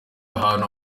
ahantu